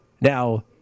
Now